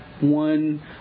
one